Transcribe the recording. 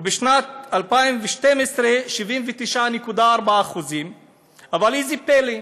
ובשנת 2012, 79.4%. אבל ראו זה פלא: